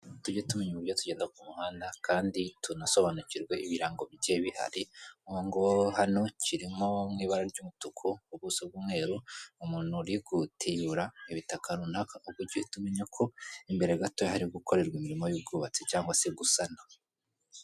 Tuge tumenya uburyo tugenda ku muhanda, kandi tunasobanukirwe ibirango bigiye bihari. Nk'ubu ngubu hano kiri nko mu ibara ry'umutuku, ubuso bw'umweru, umuntu urigutiyura ibitaka runaka. Ubwo uge uhita umenya ko imbere gato, hari gukorerwa imirimo y'ubwubatsi cyangwa se gusana.